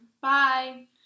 Bye